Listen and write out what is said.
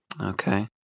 Okay